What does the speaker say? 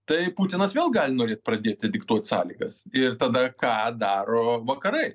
tai putinas vėl gali norėt pradėti diktuot sąlygas ir tada ką daro vakarai